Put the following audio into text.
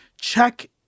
check